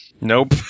Nope